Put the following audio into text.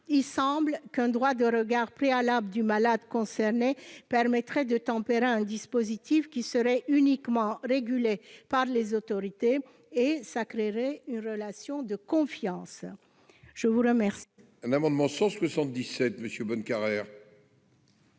semble qu'un droit de regard préalable du malade concerné permettrait de tempérer un dispositif qui serait uniquement régulé par les autorités ; cela créerait une relation de confiance. L'amendement